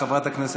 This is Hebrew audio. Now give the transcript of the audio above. בבקשה.